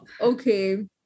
Okay